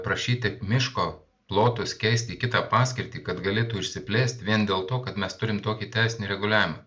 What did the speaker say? prašyti miško plotus keist į kitą paskirtį kad galėtų išsiplėst vien dėl to kad mes turim tokį teisinį reguliavimą